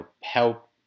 help